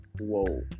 whoa